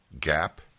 gap